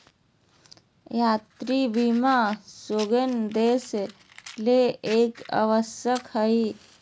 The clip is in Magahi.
यात्रा बीमा शेंगेन देश ले एक आवश्यक हइ